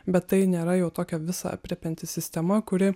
bet tai nėra jau tokia visa aprėpianti sistema kuri